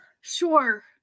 Sure